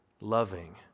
loving